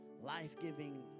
life-giving